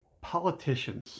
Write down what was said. politicians